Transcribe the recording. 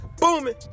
booming